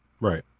Right